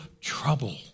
trouble